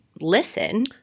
listen